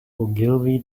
ogilvy